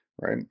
right